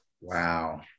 Wow